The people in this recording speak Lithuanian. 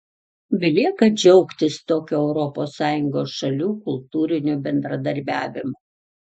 belieka džiaugtis tokiu europos sąjungos šalių kultūriniu bendradarbiavimu